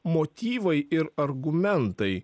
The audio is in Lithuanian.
motyvai ir argumentai